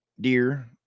Dear